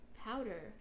powder